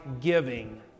giving